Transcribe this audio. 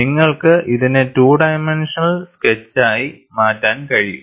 നിങ്ങൾക്ക് ഇതിനെ two dimensional സ്കെച്ചായി മാറ്റാൻ കഴിയും